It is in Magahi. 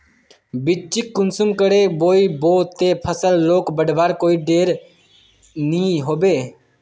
बिच्चिक कुंसम करे बोई बो ते फसल लोक बढ़वार कोई देर नी होबे?